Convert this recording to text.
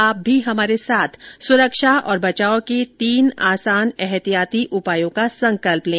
आप भी हमारे साथ सुरक्षा और बचाव के तीन आसान एहतियाती उपायों का संकल्प लें